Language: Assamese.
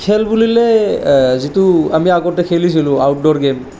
খেল বুলিলে যিটো আমি আগতে খেলিছিলো আউটড'ৰ গে'ম